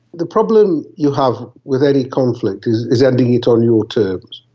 the problem you have with any conflict is is ending it on your terms.